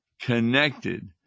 connected